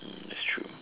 that's true